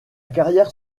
carrière